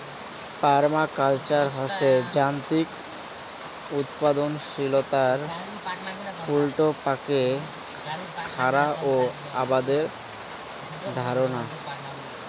permaculture হসে যান্ত্রিক উৎপাদনশীলতার উল্টাপাকে খারা ও আবাদের ধারণা